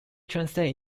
translated